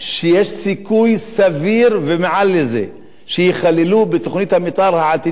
סביר ומעל לזה שייכללו בתוכנית המיתאר העתידית של היישוב,